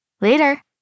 Later